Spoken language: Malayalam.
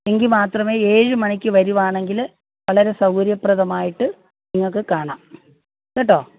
എങ്കിൽ മാത്രമേ ഏഴ് മണിക്ക് വരുവാണെങ്കിൽ വളരെ സൗകര്യപ്രദമായിട്ട് നിങ്ങൾക്ക് കാണാം കേട്ടോ